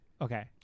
okay